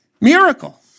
miracle